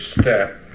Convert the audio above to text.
step